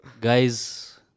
Guys